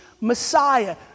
Messiah